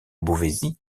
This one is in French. beauvaisis